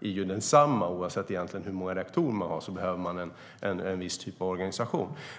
ju är desamma. Oavsett hur många reaktorer som drivs behöver man en viss typ av organisation.